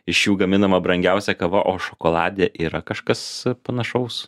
iš jų gaminama brangiausia kava o šokolade yra kažkas panašaus